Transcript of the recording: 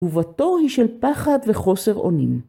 תגובתו היא של פחד וחוסר אונים.